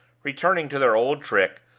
returning to their old trick,